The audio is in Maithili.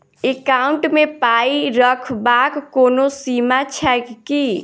एकाउन्ट मे पाई रखबाक कोनो सीमा छैक की?